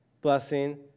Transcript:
blessing